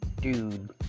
dude